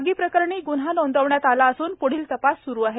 आगीप्रकरणी ग्न्हा नोंदवण्यात आला असून प्ढील तपास स्रू आहे